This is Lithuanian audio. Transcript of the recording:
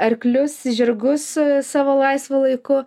arklius žirgus savo laisvu laiku